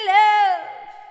love